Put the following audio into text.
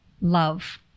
love